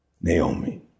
Naomi